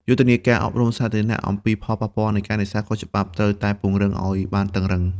យុទ្ធនាការ អប់រំសាធារណៈ អំពីផលប៉ះពាល់នៃការនេសាទខុសច្បាប់ត្រូវតែពង្រឹងឱ្យបានតឹងរុឹង។